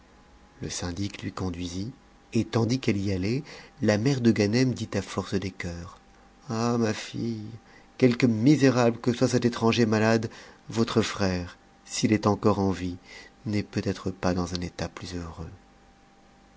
le syndic l'y conduisit et tandis qu'eue y allait la mère de ganemdit à force des coeurs ah ma fille quelque misérable que soit cet étranger malade votre frère s'il est encore en vie n'est peut-être pas dans un état plus heureux